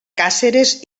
càceres